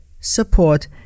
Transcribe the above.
support